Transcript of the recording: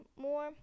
more